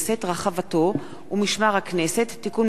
רחבתו ומשמר הכנסת (תיקון מס'